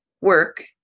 work